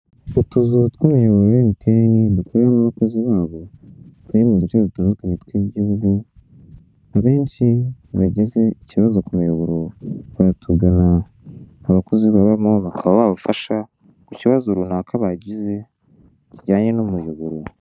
Utuzu tw'umuyoboro wa MTN dukoreramo abakozi babo turi mu duce dutandukanye tw'igihugu, abenshi bagize ikibazo ku muyoboro baratugana, abakozi babamo bakaba babafasha ku kibazo runaka bagize kijyanye n'umuyoboro.